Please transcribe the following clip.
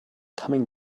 coming